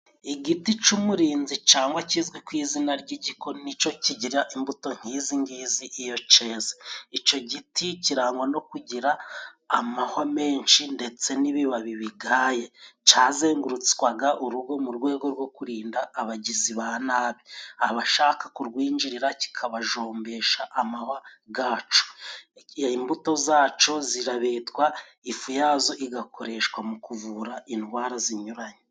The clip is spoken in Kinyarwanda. Igiti cy'umurinzi kizwi ku izina ry'igiko. Ni cyo kigira imbuto nk'izi ngizi iyo cyeze. Icyo giti kirangwa no kugira amahwa menshi ndetse n'ibibabi bigaye . Cyazengurutswaga urugo mu rwego rwo kurinda abagizi ba nabi. Abashaka kurwinjirira kikabajombesha amahwa yacyo. Imbuto zacyo zirabetwa, ifu yazo igakoreshwa mu kuvura indwara zinyuranye.